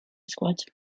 squad